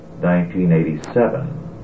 1987